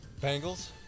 Bengals